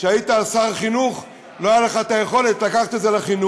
כשהיית אז שר החינוך לא הייתה לך את היכולת לקחת את זה לחינוך,